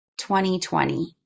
2020